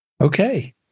Okay